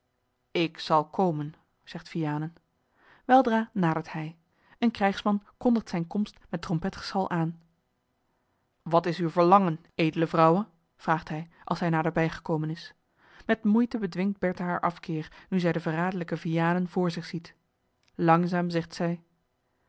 ik zal komen zegt vianen weldra nadert hij een krijgsman kondigt zijne komst met trompetgeschal aan wat is uw verlangen edele vrouwe vraagt hij als hij naderbij gekomen is met moeite bedwingt bertha haar afkeer nu zij den verraderlijken vianen voor zich ziet langzaam zegt zij